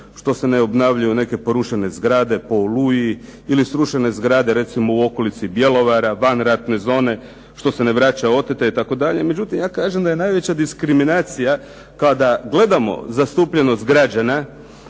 što se ne obnavljaju neke porušene zgrade po "Oluji" ili srušene zgrade recimo u okolici Bjelovara vanratne zone, što se ne vraća oteto itd. Međutim, ja kažem da je najveća diskriminacija kada gledamo zastupljenost građana